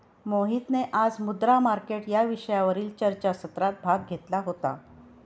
मोहितने आज मुद्रा मार्केट या विषयावरील चर्चासत्रात भाग घेतला होता